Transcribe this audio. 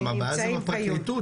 גם הבעיה זה בפרקליטות,